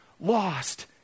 lost